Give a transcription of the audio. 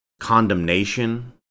Condemnation